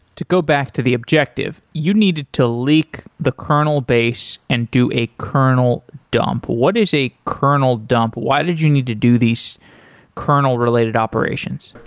to go back to the objective, you needed to leak the kernel-base and do a kernel dump. what is a kernel dump? why did you need to do these kernel-related operations?